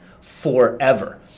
forever